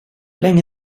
länge